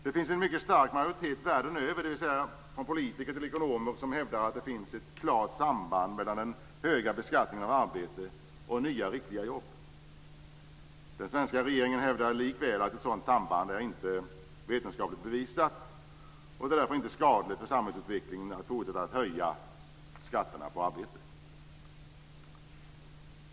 Det finns en mycket stark majoritet, från politiker till ekonomer, som världen över hävdar att det finns ett klart samband mellan den höga beskattningen av arbete och nya riktiga jobb. Den svenska regeringen hävdar likväl att ett sådant samband inte är vetenskapligt bevisat, och att det därför inte är skadligt för samhällsutvecklingen att fortsätta höja skatterna på arbete.